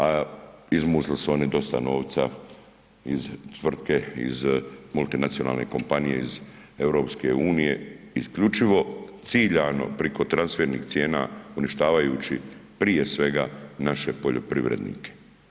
A izmuzli su dosta novca iz tvrtke iz multinacionalne kompanije iz EU isključivo ciljano preko transfernih cijena uništavajući prije svega naše poljoprivrednike.